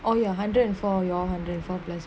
oh your hundred and four your hundred and four plus